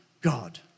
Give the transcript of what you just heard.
God